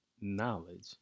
knowledge